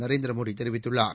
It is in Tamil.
நரேந்திர மோடி தெரிவித்துள்ளார்